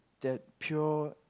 that pure